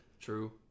True